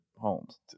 homes